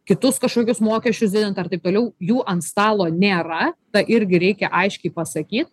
kitus kažkokius mokesčius didint ar taip toliau jų ant stalo nėra tą irgi reikia aiškiai pasakyt